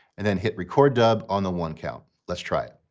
and then hit record dub on the one count. let's try.